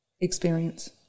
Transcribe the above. experience